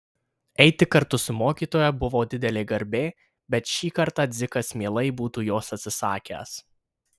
eiti kartu su mokytoja buvo didelė garbė bet šį kartą dzikas mielai būtų jos atsisakęs